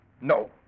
no